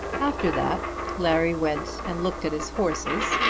after that larry went and looked at his horses,